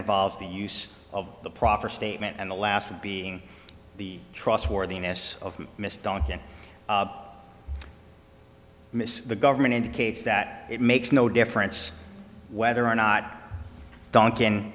involves the use of the proper statement and the last being the trustworthiness of missed don't miss the government indicates that it makes no difference whether or not duncan